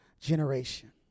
generation